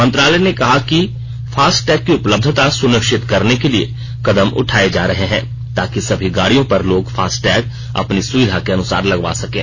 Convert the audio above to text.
मंत्रालय ने कहा कि फास्टैग की उपलब्धता सुनिश्चित करने के लिए कदम उठाये जा रहे है ताकि सभी गाड़ियों पर लोग फास्टैग अपनी सुविधा के अनुसार लगवा सकें